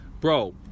bro